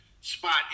spot